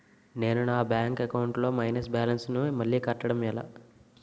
నేను నా bank account లొ మైనస్ బాలన్స్ ను మళ్ళీ కట్టడం ఎలా?